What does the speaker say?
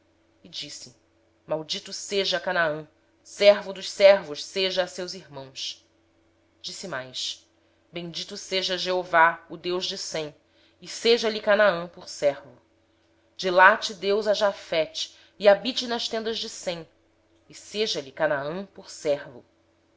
e disse maldito seja canaã servo dos servos será de seus irmãos disse mais bendito seja o senhor o deus de sem e seja lhe canaã por servo alargue deus a jafé e habite jafé nas tendas de sem e seja lhe canaã por servo